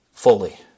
Fully